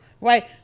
right